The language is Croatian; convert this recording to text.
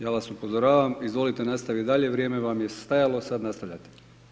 Ja vas upozoravam, izvolite nastaviti dalje, vrijeme vam je stajalo, sada nastavljate.